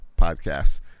podcasts